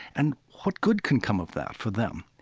and what good can come of that for them?